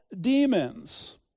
demons